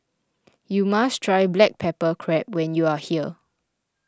you must try Black Pepper Crab when you are here